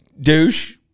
douche